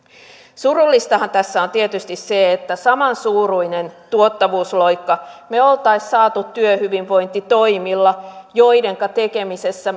surullistahan tässä on tietysti se että saman suuruisen tuottavuusloikan me olisimme saaneet työhyvinvointitoimilla joidenka tekemisessä